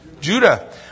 Judah